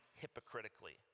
hypocritically